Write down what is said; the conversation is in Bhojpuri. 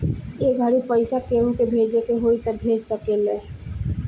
ए घड़ी पइसा केहु के भेजे के होई त भेज सकेल